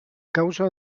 causa